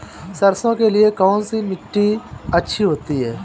सरसो के लिए कौन सी मिट्टी अच्छी होती है?